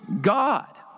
god